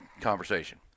conversation